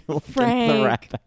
Frank